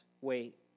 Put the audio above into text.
wait